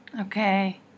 Okay